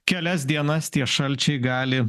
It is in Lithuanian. kelias dienas tie šalčiai gali